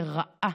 רעה,